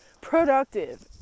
productive